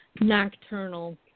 nocturnal